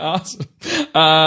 Awesome